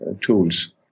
tools